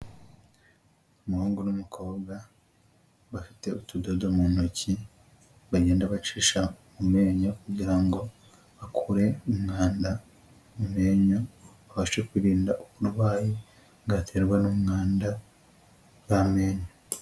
Umuhungu n'umukobwa, bafite utudodo mu ntoki, bagenda bacisha mu menyo kugira ngo bakure umwanda mu menyo, babashe kurinda uburwayi bwaterwa n'umwanda w'amenyo.